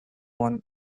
one